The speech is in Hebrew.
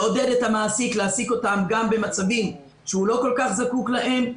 לעודד את המעסיק להעסיק אותם גם במצבים שהוא לא כל כך זקוק להם.